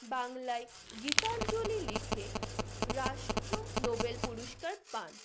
বাংলায় গীতাঞ্জলি লিখে রাষ্ট্র নোবেল পুরস্কার পান